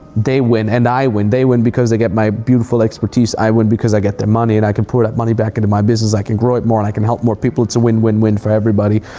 they win and i win. they win because they get my beautiful expertise. i win because i get their money and i can pour that money back into my business. i can grow it more and i can help more people. it's a win, win, win for everybody.